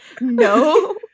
No